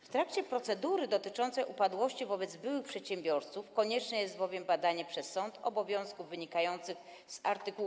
W trakcie procedury dotyczącej upadłości wobec byłych przedsiębiorców konieczne jest bowiem badanie przez sąd obowiązków wynikających z art.